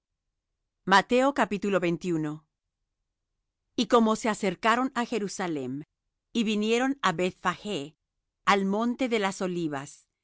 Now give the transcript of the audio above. y como se acercaron á jerusalem y vinieron á bethfagé al monte de las olivas